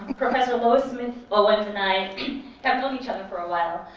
professor lois smith owens and i have known each other for awhile.